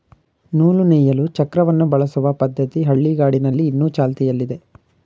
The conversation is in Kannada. ನೂಲು ನೇಯಲು ಚಕ್ರವನ್ನು ಬಳಸುವ ಪದ್ಧತಿ ಹಳ್ಳಿಗಾಡಿನಲ್ಲಿ ಇನ್ನು ಚಾಲ್ತಿಯಲ್ಲಿದೆ